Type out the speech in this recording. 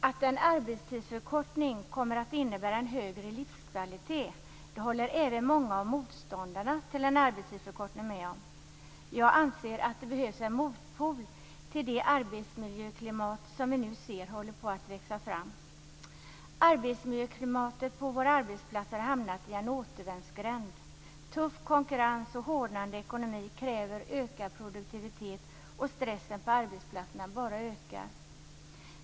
Att en arbetstidsförkortning kommer att innebära en högre livskvalitet håller även många av motståndarna till en arbetstidsförkortningen med om. Jag anser att det behövs en motpol till det arbetsmiljöklimat som nu håller på att växa fram. Arbetsmiljöklimatet på våra arbetsplatser har hamnat i en återvändsgränd. Tuff konkurrens och hårdnade ekonomi kräver ökad produktivitet, och stressen på arbetsplatserna bara ökar.